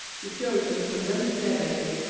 the puritan condemned bear-baiting,